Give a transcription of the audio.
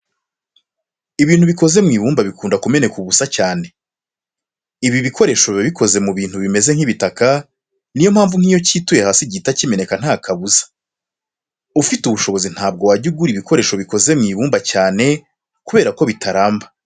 Ibintu bikoze mu ibumba bikunda kumeneka ubusa cyane. Ibi bikoresho biba bikoze mu bintu bimeze nk'ibitaka, niyo mpamvu nk'iyo cyituye hasi gihita kimeneka nta kabuza. Ufite ubushobozi ntabwo wajya ugura ibikoresho bikoze mu ibumba cyane kubera ko bitaramba.